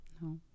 No